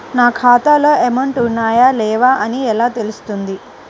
నా ఖాతాలో అమౌంట్ ఉన్నాయా లేవా అని ఎలా తెలుస్తుంది?